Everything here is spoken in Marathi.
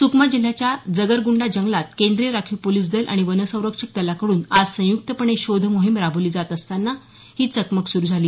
सुकमा जिल्ह्याच्या जगरगुंडा जगलात केंद्रीय राखीव पोलीस दल आणि वनसंरक्षक दलाकडून आज संयुक्तपणे शोधमोहीम राबवली जात असताना ही चकमक सुरू झाली